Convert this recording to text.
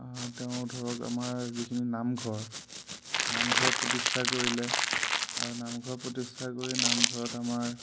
তেওঁ ধৰক আমাৰ যিখিনি নামঘৰ নামঘৰ প্ৰতিষ্ঠা কৰিলে আৰু নামঘৰ প্ৰতিষ্ঠা কৰি নামঘৰত আমাৰ